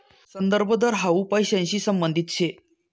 संदर्भ दर हाउ पैसांशी संबंधित शे